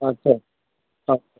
आस्सा आस्सा